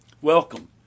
welcome